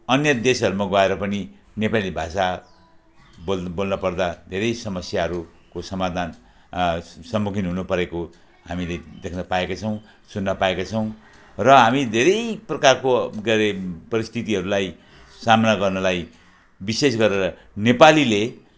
अन्य देशहरूमा गएर पनि नेपाली भाषा बोल बोल्नपर्दा धेरै समस्याहरूको समाधान सम्मुखीन हुनुपरेको हामीले देख्नपाएका छौँ सुन्नपाएका छौँ र हामी धेरै प्रकारको क्या रे परिस्थितिहरूलाई सामना गर्नलाई विशेष गरेर नेपालीले